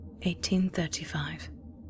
1835